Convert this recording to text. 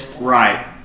Right